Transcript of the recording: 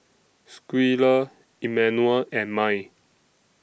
Schuyler Immanuel and Mai